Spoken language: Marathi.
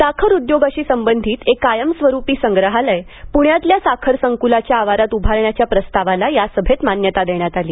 साखर उद्योगाशी संबंधित एक कायमस्वरूपी संग्रहालय पुण्यातल्या साखर संकुलाच्या आवारात उभारण्याच्या प्रस्तावाला या सभेत मान्यता देण्यात आली